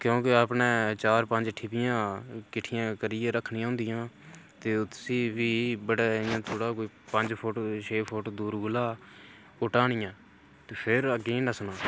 क्योंके अपने चार पंज ठीपियां कट्ठियां करियै रक्खनियां होंदियां ते उसी फ्ही बड़ै पंज फुट छे फुट्ट कोला ओह् ढाइयां ते फिर अग्गें ई नस्सना